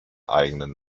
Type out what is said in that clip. eigenen